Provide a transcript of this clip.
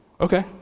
okay